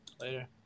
Later